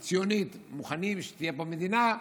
הציונית, מוכנות שתהיה פה מדינה.